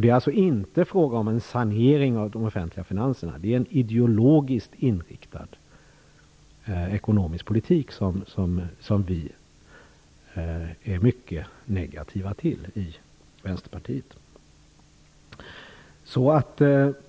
Det är alltså inte saneringen av de offentliga finanserna, utan det är den ideologiskt inriktade ekonomiska politiken, som vi i Vänsterpartiet är mycket negativa till.